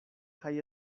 kaj